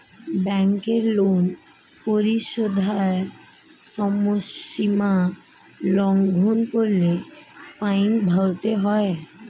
ব্যাংকের লোন পরিশোধের সময়সীমা লঙ্ঘন করলে ফাইন ভরতে হয়